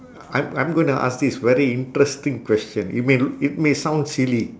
I'm I'm gonna ask this very interesting question it may it may sound silly